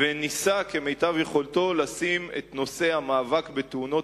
וניסה כמיטב יכולתו לשים את נושא המאבק בתאונות